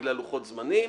בגלל לוחות זמנים,